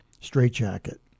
straitjacket